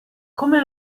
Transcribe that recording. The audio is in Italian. come